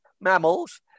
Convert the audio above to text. mammals